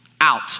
out